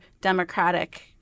democratic